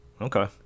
Okay